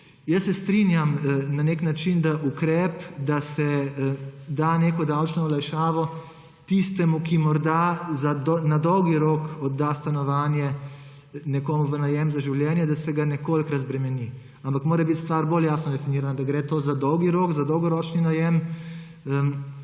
še to. Strinjam se na nek način, da ukrep, da se da neko davčno olajšavo tistemu, ki morda na dolgi rok odda stanovanje nekomu v najem za življenje, da se ga nekoliko razbremeni, ampak mora biti stvar bolj jasno definirana, da gre to za dolgi rok, za dolgoročni najem.